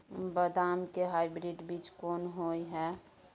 बदाम के हाइब्रिड बीज कोन होय है?